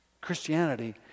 Christianity